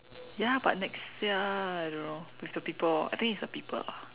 ya but next year I don't know with the people I think it's the people lah